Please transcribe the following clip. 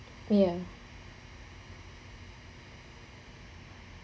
ya